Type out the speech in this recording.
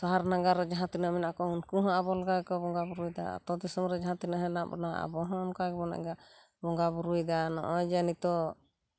ᱥᱟᱦᱟᱨ ᱱᱟᱜᱟᱨ ᱨᱮ ᱡᱟᱦᱟᱸᱛᱤᱱᱟᱹᱜ ᱢᱮᱱᱟᱜ ᱠᱚ ᱩᱱᱠᱩ ᱦᱚᱸ ᱟᱵᱚ ᱞᱮᱠᱟ ᱜᱮᱠᱚ ᱵᱚᱸᱜᱟ ᱵᱩᱨᱩᱭᱫᱟ ᱟᱛᱚ ᱫᱤᱥᱚᱢ ᱨᱮ ᱡᱟᱦᱟᱛᱤᱱᱟᱹᱜ ᱦᱮᱱᱟᱜ ᱵᱚᱱᱟ ᱟᱵᱚ ᱦᱚᱸ ᱚᱝᱠᱟᱜᱮᱵᱚᱱ ᱮᱸᱜᱟ ᱵᱚᱸᱜᱟ ᱵᱩᱨᱩᱭᱫᱟ ᱱᱚᱸᱜᱼᱚᱭ ᱡᱮ ᱱᱤᱛᱚᱜ